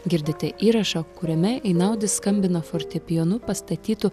girdite įrašą kuriame inaudis skambina fortepijonu pastatytu